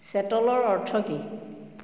ছেটলৰ অৰ্থ কি